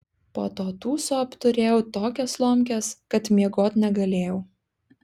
po to tūso apturėjau tokias lomkes kad miegot negalėjau